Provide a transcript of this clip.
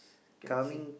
can see